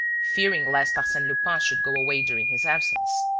fearing lest arsene lupin should go away during his absence.